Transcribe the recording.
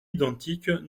identiques